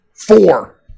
Four